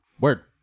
word